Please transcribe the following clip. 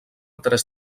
tres